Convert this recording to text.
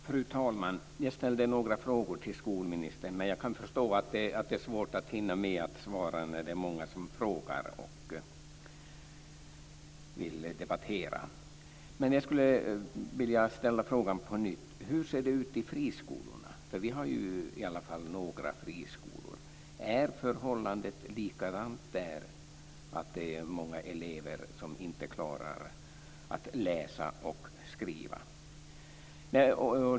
Fru talman! Jag ställde några frågor till skolministern, men jag kan förstå att det är svårt att hinna med att svara när det är många som frågar och vill debattera. Jag skulle dock vilja ställa frågan på nytt: Hur ser det ut i friskolorna? Vi har ju i alla fall några friskolor. Är förhållandet likadant där, att det är många elever som inte klarar att läsa och skriva?